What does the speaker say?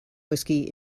whiskey